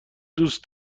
دوست